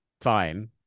fine